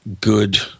good